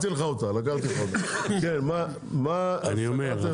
אני אומר,